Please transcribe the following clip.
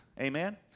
Amen